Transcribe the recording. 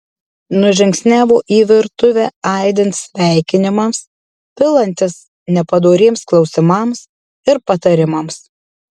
nužingsniavo į virtuvę aidint sveikinimams pilantis nepadoriems klausimams ir patarimams